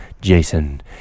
Jason